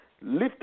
Lift